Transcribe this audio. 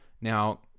Now